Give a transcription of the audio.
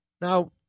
Now